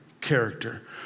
character